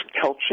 culture